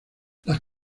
las